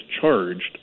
charged